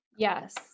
Yes